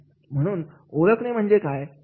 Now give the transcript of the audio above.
म्हणून ओळखणे म्हणजे काय काय